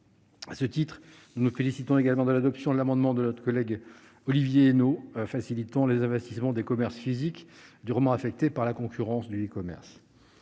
À ce titre, nous nous félicitons également de l'adoption de l'amendement de notre collègue Olivier Henno visant à faciliter les investissements des commerces physiques durement affectés par la concurrence du e-commerce.